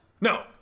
No